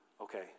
Okay